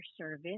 service